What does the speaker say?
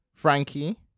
Frankie